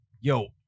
Yo